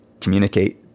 communicate